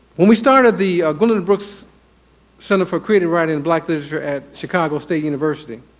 when we started the gwendolyn brooks center for creative writing and black literature at chicago state university,